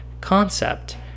concept